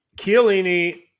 Chiellini